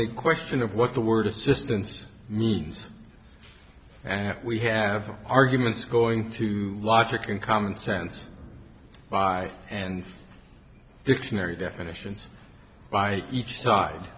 the question of what the word of the distance means and we have arguments going to logic and common sense by and dictionary definitions by each tide